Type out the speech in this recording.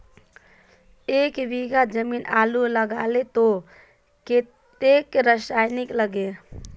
एक बीघा जमीन आलू लगाले तो कतेक रासायनिक लगे?